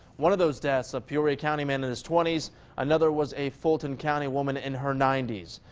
one of those deaths a peoria county man in his twenty s another was a fulton county woman in her ninety s.